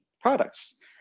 products